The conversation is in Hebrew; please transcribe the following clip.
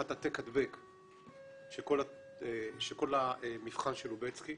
כמעט העתק הדבק של כל המבחן של לובצקי.